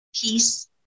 peace